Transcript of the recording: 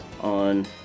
on